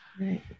right